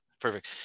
Perfect